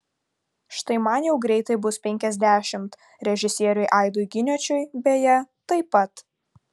štai man jau greitai bus penkiasdešimt režisieriui aidui giniočiui beje taip pat